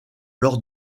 lors